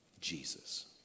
Jesus